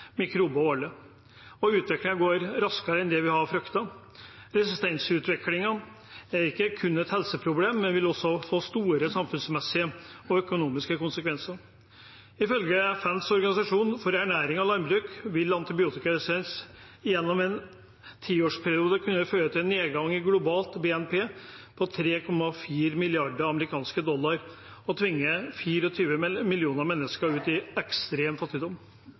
går raskere enn det vi har fryktet. Resistensutviklingen er ikke kun et helseproblem, men vil også få store samfunnsmessige og økonomiske konsekvenser. Ifølge FNs organisasjon for ernæring og landbruk vil antibiotikaresistens gjennom en tiårsperiode kunne føre til en nedgang i globalt BNP på 3,4 mrd. amerikanske dollar og tvinge 24 millioner mennesker ut i ekstrem fattigdom.